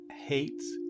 hates